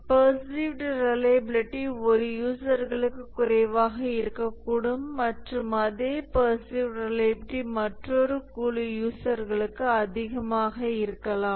perceived reliability ஒரு குழு யூசர்களுக்கு குறைவாக இருக்கக்கூடும் மற்றும் அதே பர்சீவ்ட் ரிலையபிலிட் மற்றொரு குழு யூசர்களுக்கு அதிகமாக இருக்கலாம்